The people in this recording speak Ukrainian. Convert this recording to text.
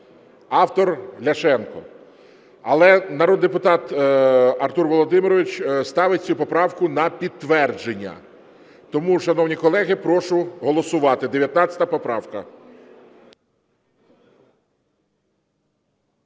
автор – Ляшенко. Але народний депутат Артур Володимирович ставить цю поправку на підтвердження. Тому, шановні колеги, прошу голосувати. 19 поправка.